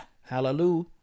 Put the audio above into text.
Hallelujah